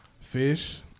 fish